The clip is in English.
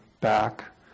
back